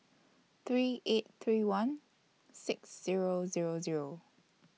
three eight three one six Zero Zero Zero